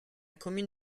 commune